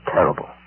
Terrible